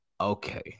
Okay